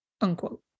unquote